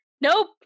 Nope